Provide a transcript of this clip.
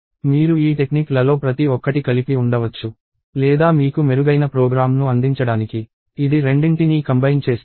మీరు ఈ టెక్నిక్లలో ప్రతి ఒక్కటి కలిపి ఉండవచ్చు లేదా మీకు మెరుగైన ప్రోగ్రామ్ను అందించడానికి ఇది రెండింటినీ కంబైన్ చేస్తుంది